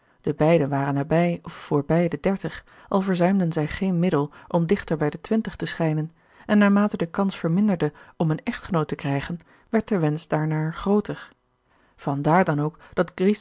tijd beiden waren nabij of voorbij de dertig al verzuimden zij geen middel om dichter bij de twintig te schijnen en naar mate de kans verminderde om een echtgenoot te krijgen werd de wensch daarnaar grooter van daar dan ook dat